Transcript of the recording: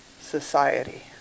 society